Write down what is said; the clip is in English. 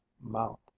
mouth